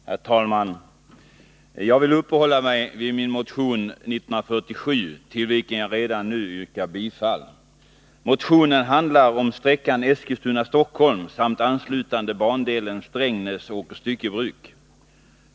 Herr talman! Jag vill uppehålla mig vid min motion 1982/83:1947, till vilken jag redan nu yrkar bifall. Motionen handlar om sträckan Eskilstuna-Stockholm samt anslutande bandelen Strängnäs-Åkers Styckebruk.